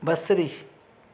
बसरी